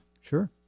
Sure